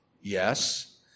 Yes